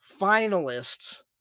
finalists